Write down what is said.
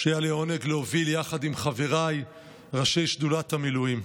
שהיה לי עונג להוביל יחד עם חבריי ראשי שדולת המילואים.